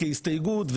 כהסתייגות,